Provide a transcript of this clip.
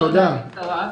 היתר.